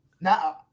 now